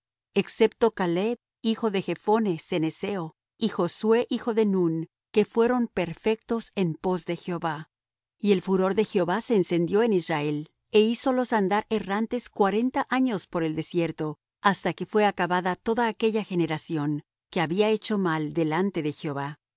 excepto caleb hijo de jephone cenezeo y josué hijo de nun que fueron perfectos en pos de jehová y el furor de jehová se encendió en israel é hízolos andar errantes cuarenta años por el desierto hasta que fué acabada toda aquella generación que había hecho mal delante de jehová